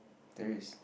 terrorist